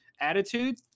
attitude